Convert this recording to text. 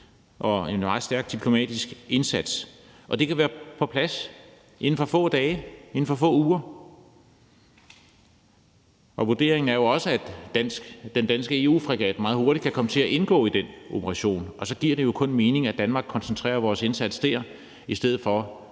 en meget stærk diplomatisk indsats. Det kan være på plads inden for få dage eller få uger. Vurderingen er også, at den danske fregat meget hurtigt kan komme til at indgå i den operation, og så giver det jo kun mening, at vi i Danmark koncentrerer vores indsats dér i stedet for